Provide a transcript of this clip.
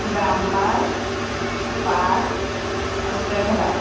dumper bus আৰু traveller